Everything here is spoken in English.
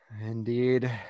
Indeed